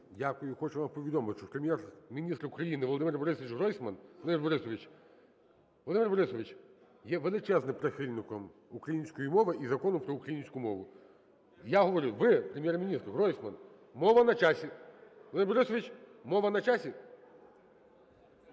Дякую. Хочу вам повідомити, що Прем'єр-міністр України Володимир Борисович Гройсман... Володимир Борисович, Володимир Борисович, є величезним прихильником української мови і Закону про українську мову. Я говорю, ви – Прем'єр-міністр Гройсман, мова на часі. Володимир Борисович, мова на часі?